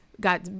got